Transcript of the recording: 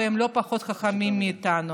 והן לא פחות חכמות מאיתנו.